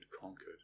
conquered